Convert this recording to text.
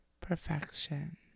perfection